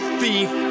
thief